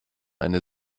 eine